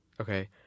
okay